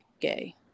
gay